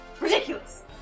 Ridiculous